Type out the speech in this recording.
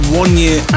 one-year